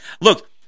Look